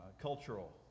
cultural